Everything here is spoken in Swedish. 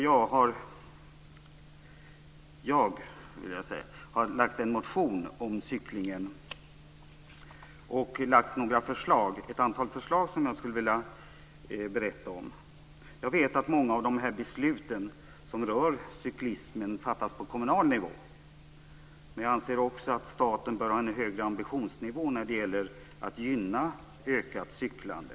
Jag har väckt en motion om cyklingen och lagt fram ett antal förslag som jag skulle vilja berätta om. Jag vet att många av de beslut som rör cyklismen fattas på kommunal nivå, men jag anser att staten bör ha en högre ambitionsnivå när det gäller att gynna cyklandet så att det blir ett ökat cyklande.